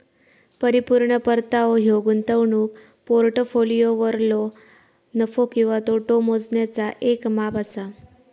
परिपूर्ण परतावो ह्यो गुंतवणूक पोर्टफोलिओवरलो नफो किंवा तोटो मोजण्याचा येक माप असा